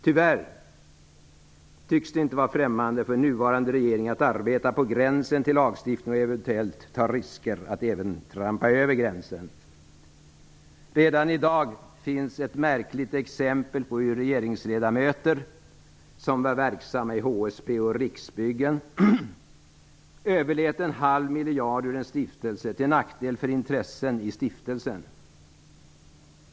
Tyvärr tycks det inte vara främmande för nuvarande regering att arbeta på gränsen till lagstiftning och eventuellt ta risken att även trampa över gränsen. Redan i dag finns ett märkligt exempel på hur regeringsledamöter som var verksamma i HSB och Riksbyggen överlät en halv miljard ur en stiftelse till nackdel för intressen i stiftelsen.